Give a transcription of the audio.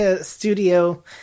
Studio